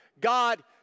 God